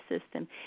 system